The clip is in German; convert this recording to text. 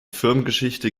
firmengeschichte